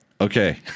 okay